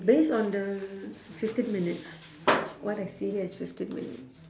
based on the fifteen minutes what I see here is fifteen minutes